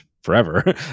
Forever